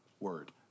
word